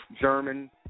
German